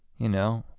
you know,